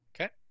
Okay